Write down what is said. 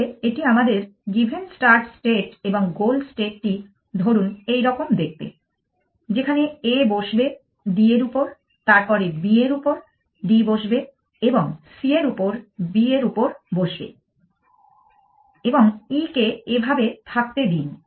তাহলে এটি আমাদের গিভেন স্টার্ট স্টেট এবং গোল স্টেট টি ধরুন এইরকম দেখতে যেখানে A বসবে D এর উপর তারপরে B এর উপর D বসবে এবং C এর উপর B এর উপর বসবে এবং E কে এভাবে থাকতে দিন